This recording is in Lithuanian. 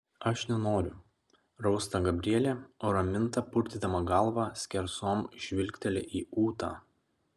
aš nenoriu rausta gabrielė o raminta purtydama galvą skersom žvilgteli į ūtą